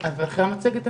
אתייחס אחרי שנראה את המצגת.